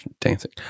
dancing